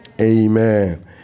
Amen